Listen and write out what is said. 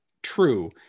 True